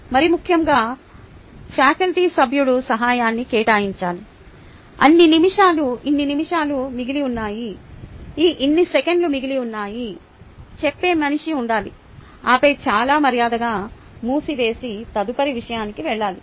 మరియు ముఖ్యంగా ఫ్యాకల్టీ సభ్యుడు సమయాన్ని కేటాయించాలి ఇన్ని నిమిషాలు మిగిలి ఉన్నాయని ఈ ఇన్ని సెకన్లు మిగిలి ఉన్నాయని చెప్పే మనిషి ఉండాలి ఆపై చాలా మర్యాదగా మూసివేసి తదుపరి విషయానికి వెళ్ళాలి